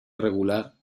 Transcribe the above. regular